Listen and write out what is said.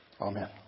amen